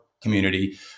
community